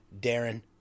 Darren